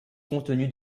contenu